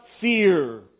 fear